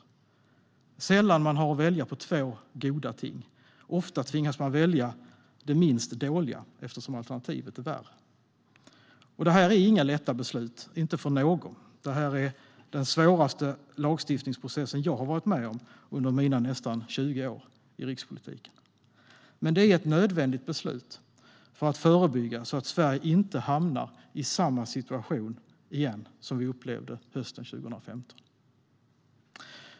Det är sällan vi har att välja på två goda ting. Ofta tvingas vi välja det minst dåliga eftersom alternativet är värre. Det här är inga lätta beslut för någon. Det här är den svåraste lagstiftningsprocessen jag har varit med om under mina nästan 20 år i rikspolitiken. Men det är ett nödvändigt beslut för att förebygga så att Sverige inte hamnar i samma situation som vi upplevde hösten 2015.